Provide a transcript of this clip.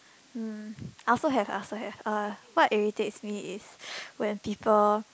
um I also have I also have uh what irritates me is when people